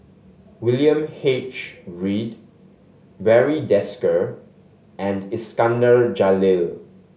William H Read Barry Desker and Iskandar Jalil